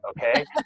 okay